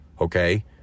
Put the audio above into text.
okay